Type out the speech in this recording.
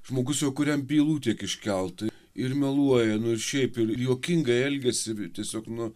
žmogus jau kuriam bylų tiek iškelta ir meluoja nu ir šiaip ir juokingai elgiasi tiesiog nu